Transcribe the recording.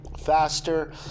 faster